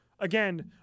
again